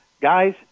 guys